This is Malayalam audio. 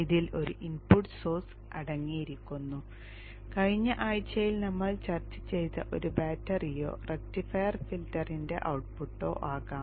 ഇതിൽ ഒരു ഇൻപുട്ട് സോഴ്സ് അടങ്ങിയിരിക്കുന്നു കഴിഞ്ഞ ആഴ്ചയിൽ നമ്മൾ ചർച്ച ചെയ്ത ഒരു ബാറ്ററിയോ റക്റ്റിഫയർ ഫിൽട്ടറിന്റെ ഔട്ട്പുട്ടോ ആകാം